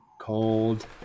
cold